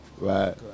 Right